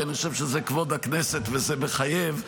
כי אני חושב שזה כבוד הכנסת וזה מחייב.